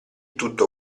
tutto